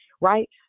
right